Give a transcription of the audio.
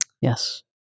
Yes